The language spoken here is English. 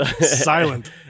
silent